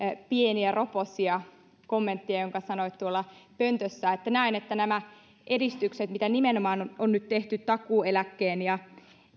pieniä roposia kommenttia jonka sanoit tuolla pöntössä näen että nämä edistykset mitä nimenomaan on nyt tehty takuueläkkeen ja